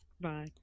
Bye